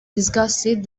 disgusted